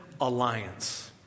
alliance